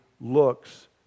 looks